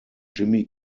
jimmy